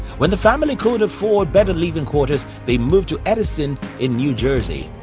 when the family could afford better living quarters, they moved to edison in new jersey.